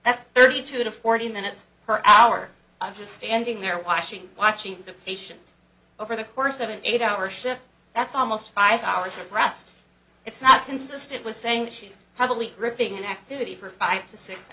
that's thirty two to forty minutes per hour and you're standing there watching watching the patient over the course of an eight hour shift that's almost five hours of rest it's not consistent with saying that she's probably ripping an activity for five to six